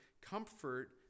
comfort